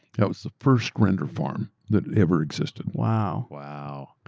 that was the first render farm that ever existed. wow. wow,